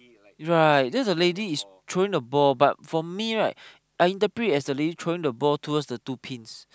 right just the lady is throwing the ball but for me right I interpret as the lady throwing the ball towards the two pins